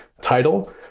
title